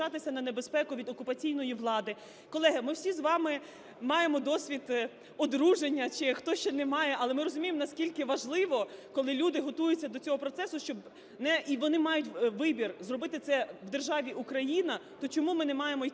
на небезпеку від окупаційної влади. Колеги, ми всі з вами маємо досвід одруження чи хтось ще не має, але ми розуміємо, наскільки важливо, коли люди готуються до цього процесу, щоб не… і вони мають вибір – зробити це в державі Україна, то чому ми не маємо